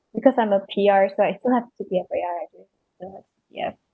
because I'm a P_R so I still have to pay C_P_F is it yes